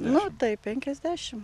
nu taip penkiasdešimt